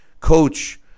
Coach